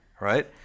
right